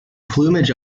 plumage